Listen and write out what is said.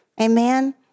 amen